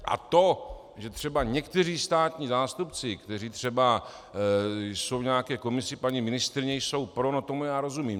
A to, že třeba někteří státní zástupci, kteří třeba jsou v nějaké komisi paní ministryně, jsou pro, tomu rozumím.